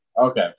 Okay